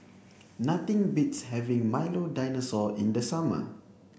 nothing beats having Milo Dinosaur in the summer